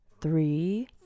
three